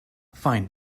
fine